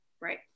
Right